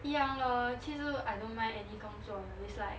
一样 lor 其实 I don't mind any 工作 it's like